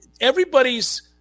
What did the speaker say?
everybody's